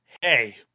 hey